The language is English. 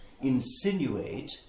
insinuate